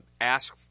ask